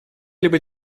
либо